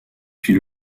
puis